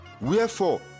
wherefore